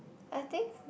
I think